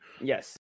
yes